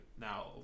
now